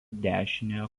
dešiniojo